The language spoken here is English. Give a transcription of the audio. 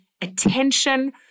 attention